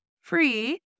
free